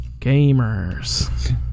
gamers